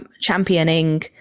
championing